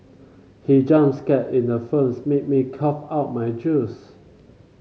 he jump scare in the films made me cough out my juice